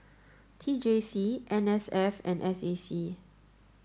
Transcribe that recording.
T J C N S F and S A C